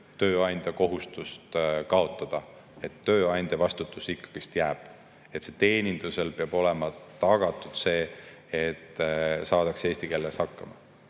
tööandja kohustust kaotada, tööandja vastutus ikkagi jääb. Teenindusel peab olema tagatud see, et saadakse eesti keeles hakkama.